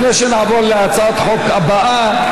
לפני שנעבור להצעת החוק הבאה,